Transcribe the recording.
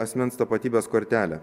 asmens tapatybės kortelę